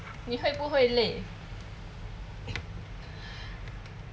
你会不会累